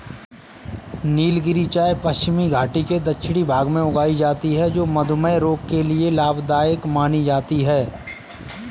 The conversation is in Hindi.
नीलगिरी चाय पश्चिमी घाटी के दक्षिणी भाग में उगाई जाती है जो मधुमेह रोग के लिए लाभदायक मानी जाती है